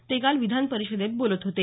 ते काल विधान परिषदेत बोलत होते